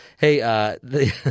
Hey